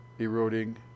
eroding